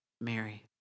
Mary